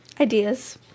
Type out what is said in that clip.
Ideas